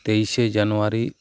ᱛᱮᱭᱤᱥᱮ ᱡᱟᱱᱩᱣᱟᱨᱤ